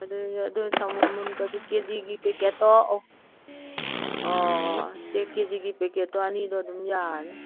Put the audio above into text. ꯑꯗꯨꯁꯨ ꯑꯗꯨ ꯀꯦ ꯖꯤꯒꯤ ꯄꯦꯀꯦꯠꯇꯣ ꯁꯦ ꯀꯦ ꯖꯤꯒꯤ ꯄꯦꯀꯦꯠꯇꯣ ꯑꯅꯤꯗꯣ ꯑꯗꯨꯝ ꯌꯥꯔꯅꯤ